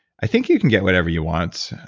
i think you can get whatever you want.